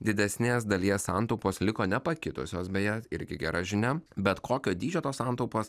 didesnės dalies santaupos liko nepakitusios beje irgi gera žinia bet kokio dydžio tos santaupos